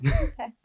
Okay